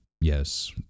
yes